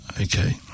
Okay